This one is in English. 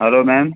hello ma'am